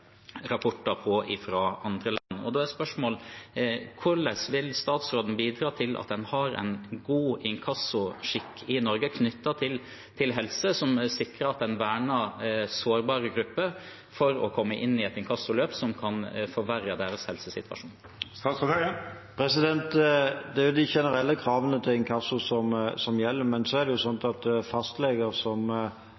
rapporter om fra andre land. Da er spørsmålet: Hvordan vil statsråden bidra til at en har en god inkassoskikk i Norge, knyttet til helse, som sikrer at en verner sårbare grupper mot å komme inn i et inkassoløp som kan forverre deres helsesituasjon? Det er de generelle kravene til inkasso som gjelder. Men så er det